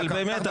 אבל באמת,